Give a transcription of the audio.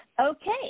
Okay